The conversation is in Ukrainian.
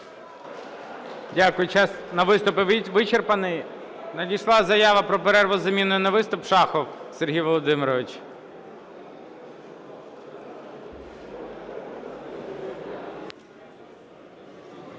Дякую. Час на виступи вичерпаний. Надійшла заява про перерву з заміною на виступ. Шахов Сергій Володимирович.